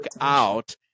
out